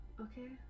Okay